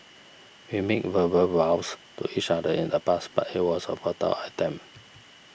we made verbal vows to each other in the past but it was a futile attempt